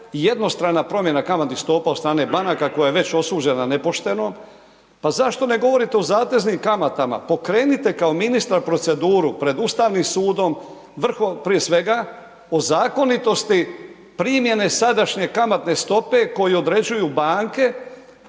jednostrana promjena kamatnih stopa od strane banaka koja je već osuđena nepošteno. Pa zašto ne govorite o zateznim kamatama? Pokrenite kao ministar proceduru pred Ustavnim sudom, prije svega o zakonitosti primjene sadašnje kamatne stopu koju određuju banke